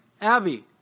Abby